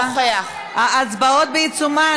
אינו נוכח ההצבעות בעיצומן,